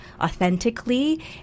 authentically